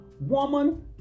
Woman